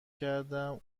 کردم